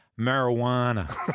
marijuana